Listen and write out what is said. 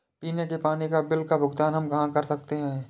पीने के पानी का बिल का भुगतान हम कहाँ कर सकते हैं?